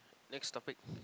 next topic